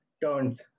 turns